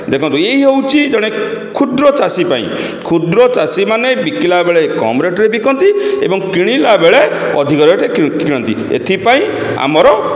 ଦେଖନ୍ତୁ ଏ ହେଉଛି ଜଣେ କ୍ଷୁଦ୍ର ଚାଷୀ ପାଇଁ କ୍ଷୁଦ୍ର ଚାଷୀମାନେ ବିକିଲା ବେଳେ କମ୍ ରେଟ୍ରେ ବିକନ୍ତି ଏବଂ କିଣିଲା ବେଳେ ଅଧିକା ରେଟ୍ରେ କିଣନ୍ତି ଏଥିପାଇଁ ଆମର